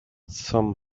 some